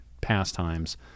pastimes